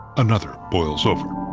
another boils over.